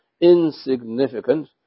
insignificant